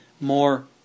more